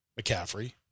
McCaffrey